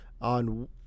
on